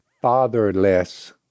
fatherless